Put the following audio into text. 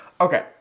Okay